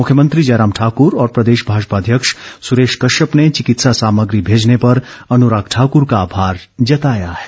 मुख्यमंत्री जयराम ठाकर और प्रदेश भाजपा अध्यक्ष सुरेश कश्यप ने चिकित्सा सामग्री भेजने पर अनुराग ठाकर को आभार जताया है